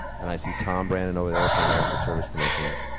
and i see tom brandon over there from america service commissions.